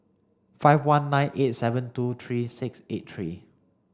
five one nine eight seven two three six eight three